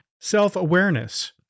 self-awareness